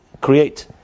create